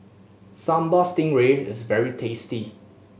Sambal Stingray is very tasty